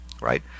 right